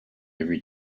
every